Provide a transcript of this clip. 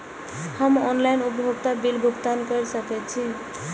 हम ऑनलाइन उपभोगता बिल भुगतान कर सकैछी?